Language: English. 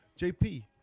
JP